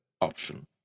option